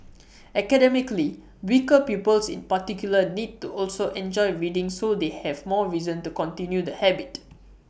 academically weaker pupils in particular need to also enjoy reading so they have more reason to continue the habit